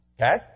Okay